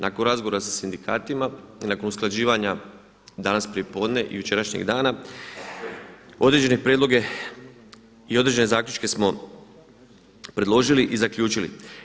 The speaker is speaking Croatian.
Nakon razgovora sa sindikatima i nakon usklađivanja danas prijepodne i jučerašnjeg dana određene prijedlog i određene zaključke smo predložili i zaključili.